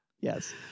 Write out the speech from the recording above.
Yes